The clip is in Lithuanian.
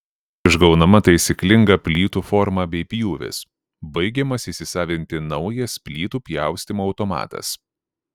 išgaunama taisyklinga plytų forma bei pjūvis baigiamas įsisavinti naujas plytų pjaustymo automatas